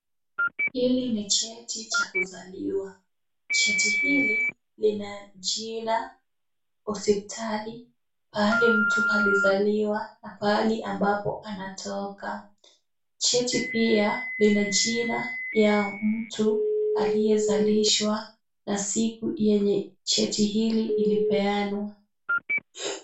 Hili ni cheti cha kuzaliwa. Cheti hili lina jina, hospitali, pahali mtu alizaliwa na pahali ambapo anatoka. Cheti pia lina jina ya mtu aliyezalishwa na siku yenye cheti hili ilipeanwa.